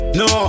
no